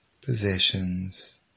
possessions